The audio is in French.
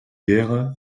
guerre